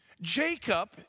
Jacob